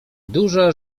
duże